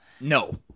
No